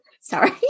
Sorry